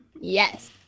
Yes